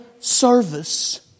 Service